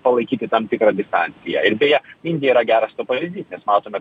palaikyti tam tikrą laiką distanciją ir beje indija yra geras pavyzdys nes matome